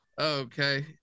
Okay